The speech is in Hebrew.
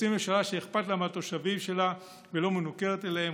רוצים ממשלה שאכפת לה מהתושבים שלה ולא מנוכרת אליהם,